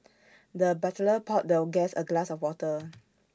the butler poured the guest A glass of water